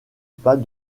pas